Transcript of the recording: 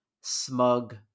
smug